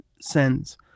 sends